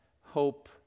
hope